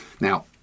now